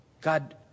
God